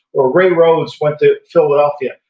or ray rhodes went to philadelphia,